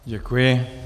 Děkuji.